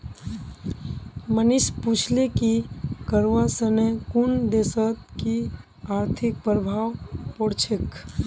मनीष पूछले कि करवा सने कुन देशत कि आर्थिक प्रभाव पोर छेक